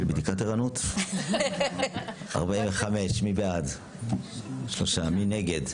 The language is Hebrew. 3. מי נגד?